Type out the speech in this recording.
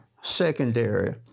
secondary